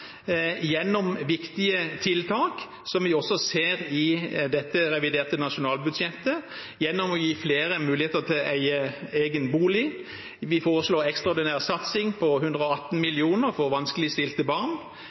gjennom viktige tiltak, som vi også ser i dette reviderte nasjonalbudsjettet, ved å gi flere mulighet til å eie egen bolig. Vi foreslår en ekstraordinær satsing på 118 mill. kr for vanskeligstilte barn,